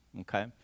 okay